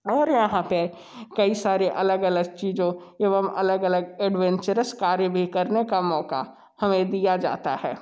और यहाँ पे कई सारे अलग अलग चीज़ों एवं अलग अलग एडवेंचरस कार्य भी करने का मौका हमें दिया जाता है